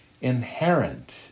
inherent